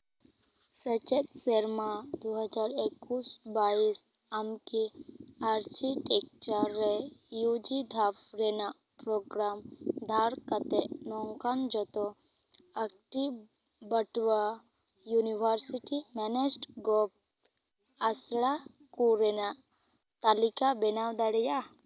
ᱥᱮᱪᱮᱫ ᱥᱮᱨᱢᱟ ᱫᱩ ᱦᱟᱡᱟᱨ ᱮᱠᱩᱥ ᱵᱟᱭᱤᱥ ᱟᱢ ᱠᱤ ᱟᱨᱴᱤᱴᱮᱠᱪᱟᱨ ᱨᱮ ᱤᱭᱩᱡᱤ ᱫᱷᱟᱯ ᱨᱮᱱᱟᱜ ᱯᱨᱳᱜᱨᱟᱢ ᱫᱷᱟᱨ ᱠᱟᱛᱮ ᱱᱚᱝᱠᱟᱱ ᱡᱷᱚᱛᱚ ᱮᱠᱴᱤᱵ ᱵᱟᱴᱩᱣᱟ ᱤᱭᱩᱱᱤᱵᱷᱟᱨᱥᱤᱴᱤ ᱢᱮᱱᱮᱡ ᱜᱚᱵᱴ ᱟᱥᱲᱟ ᱠᱚ ᱨᱮᱱᱟᱜ ᱛᱟᱞᱤᱠᱟᱢ ᱵᱮᱱᱟᱣ ᱫᱟᱲᱮᱭᱟᱜᱼᱟ